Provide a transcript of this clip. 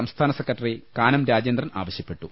സംസ്ഥാന സെക്രട്ടറി കാനം രാജേന്ദ്രൻ ആവശ്യപ്പെട്ടു